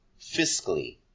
Fiscally